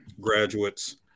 graduates